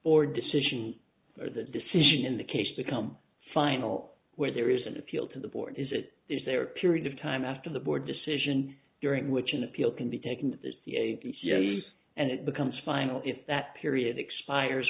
or decision or the decision in the case become final where there is an appeal to the board is it is there a period of time after the board decision during which an appeal can be taken as the a p c s and it becomes final if that period expires